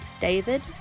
David